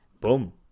Boom